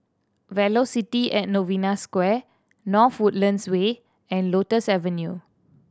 Velocity at Novena Square North Woodlands Way and Lotus Avenue